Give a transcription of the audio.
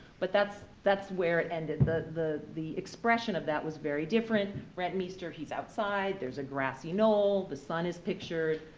but that's that's where it ended. the the expression of that was very different. rentmeester, he's outside, there's a grassy knoll, the sun is pictured.